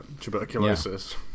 Tuberculosis